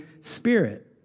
Spirit